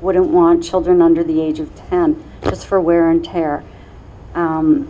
wouldn't want children under the age of six for wear and tear